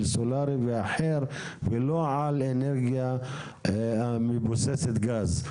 סולרי ואחר ולא על אנרגיה מבוססת גז,